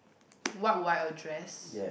what would I address